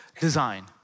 design